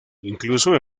incluso